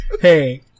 Hey